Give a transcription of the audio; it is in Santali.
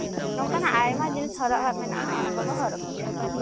ᱱᱚᱝᱠᱟᱱᱟᱜ ᱟᱭᱢᱟ ᱡᱤᱱᱤᱥ ᱦᱚᱨᱚᱜ ᱟᱜ ᱢᱮᱱᱟᱜ ᱜᱮᱭᱟ ᱚᱱᱟ ᱠᱚᱠᱚ ᱦᱚᱨᱚᱜᱽ ᱜᱮᱭᱟ